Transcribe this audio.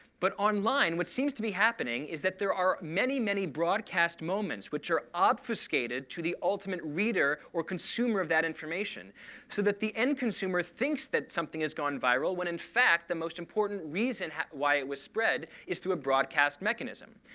but online, what seems to be happening is that there are many, many broadcast moments, which are obfuscated to the ultimate reader or consumer of that information so that the end consumer thinks that something has gone viral when, in fact, the most important reason why it was spread is through a broadcast mechanism.